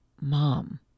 mom